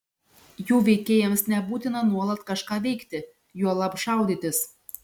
jų veikėjams nebūtina nuolat kažką veikti juolab šaudytis